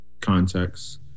contexts